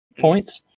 points